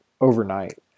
overnight